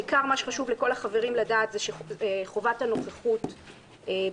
בעיקר מה שחשוב לכל החברים לדעת זה בעניין חובת הנוכחות בישיבה,